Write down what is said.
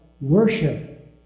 worship